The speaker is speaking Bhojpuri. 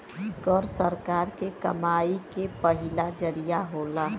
कर सरकार के कमाई के पहिला जरिया होला